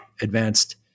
advanced